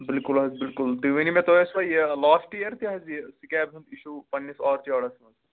بالکل حظ بالکل تُہۍ ؤنِو مےٚ تۄہہِ ٲسوا یہِ لاسٹ یِیَر تہِ حظ یہِ سٕکیب ہُنٛد اِشوٗ پَنٛنِس آرچاڈَس منٛز